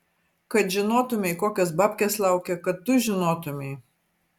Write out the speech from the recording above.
kad žinotumei kokios babkės laukia kad tu žinotumei